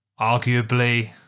arguably